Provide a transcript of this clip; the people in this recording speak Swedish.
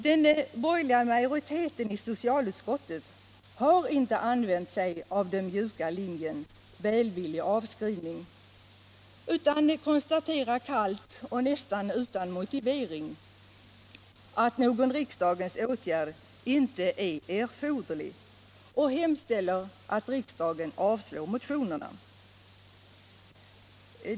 Den borgerliga majoriteten i socialutskottet har inte använt sig av den mjuka linjen ”välvillig skrivning” utan konstaterar kallt och nästan utan motivering att någon riksdagens åtgärd inte är erforderlig och hemställer att riksdagen avslår motionerna.